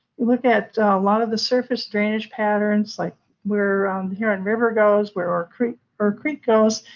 we look at a lot of the surface drainage patterns, like where huron river goes, where ore creek ore creek goes,